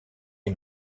est